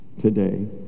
today